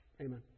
Amen